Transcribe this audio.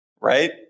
right